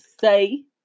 say